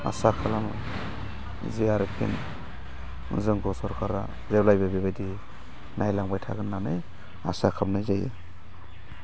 आसा खालामो जि आरोखि जोंखौ सरखारा जेब्लायबो बेबायदि नायलांबाय थागोन होननानै आसा खालामनाय जायो